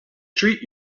treat